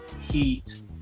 heat